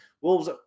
Wolves